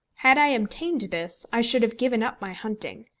had i obtained this i should have given up my hunting,